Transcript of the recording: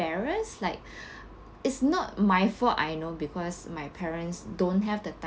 like it's not my fault I know because my parents don't have the time